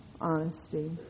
honesty